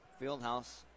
Fieldhouse